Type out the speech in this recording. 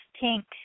pink